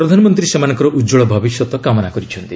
ପ୍ରଧାନମନ୍ତ୍ରୀ ସେମାନଙ୍କର ଉତ୍ୱଳ ଭବିଷ୍ୟତ କାମନା କରିଛନ୍ତି